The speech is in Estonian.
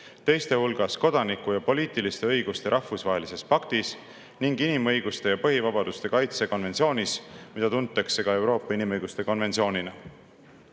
teiste hulgas kodaniku- ja poliitiliste õiguste rahvusvahelises paktis ning inimõiguste ja põhivabaduste kaitse konventsioonis, mida tuntakse ka Euroopa inimõiguste konventsioonina.